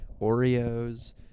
Oreos